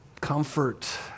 comfort